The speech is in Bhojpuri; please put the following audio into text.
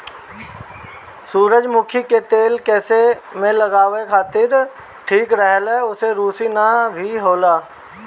सुजरमुखी के तेल केस में लगावे खातिर ठीक रहेला एसे रुसी भी ना होला